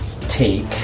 take